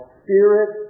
spirit